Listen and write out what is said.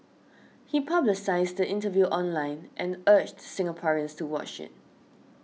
he publicised the interview online and urged Singaporeans to watch it